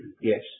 Yes